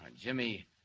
Jimmy